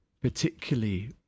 particularly